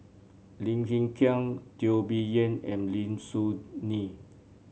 Lim Hng Kiang Teo Bee Yen and Lim Soo Ngee